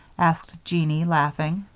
asked jeanie, laughing.